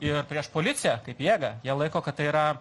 ir prieš policiją kaip jėgą jie laiko kad tai yra